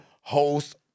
host